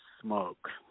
smoke